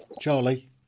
Charlie